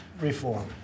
reform